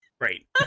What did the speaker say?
right